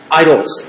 idols